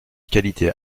qualités